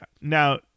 Now